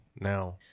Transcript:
now